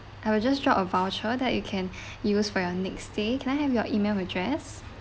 I will just drop a voucher that you can use for your next day can I have your email address